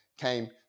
came